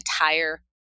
entire